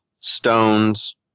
stones